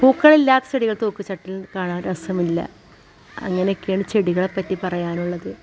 പൂക്കളില്ലാത്ത ചെടികൾ തൂക്ക് ചട്ടീനെ കാണാൻ രസമില്ല അങ്ങനെയൊക്കെയാണ് ചെടികളെ പറ്റി പറയാനുള്ളത്